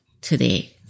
today